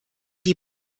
die